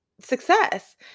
success